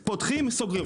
פותחים-סוגרים,